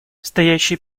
стоящие